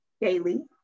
daily